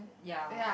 ya